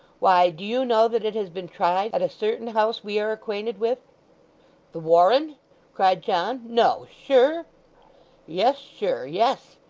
why, do you know that it has been tried, at a certain house we are acquainted with the warren cried john. no, sure yes, sure yes.